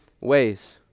ways